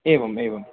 एवम् एवम्